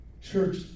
Church